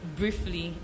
briefly